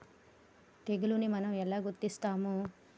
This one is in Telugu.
తెగులుని మనం ఎలా గుర్తిస్తాము?